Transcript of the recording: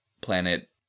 planet